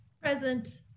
Present